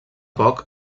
poc